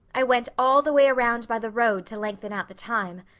i went all the way around by the road to lengthen out the time.